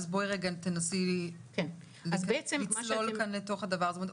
תנסי לצלול לתוך זה.